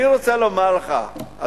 אני רוצה לומר לך,